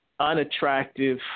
unattractive